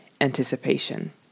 anticipation